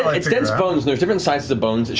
ah it's dense bones, there's different sizes of bones,